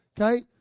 okay